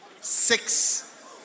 six